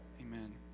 Amen